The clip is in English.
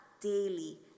daily